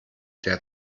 der